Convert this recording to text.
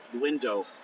window